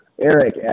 Eric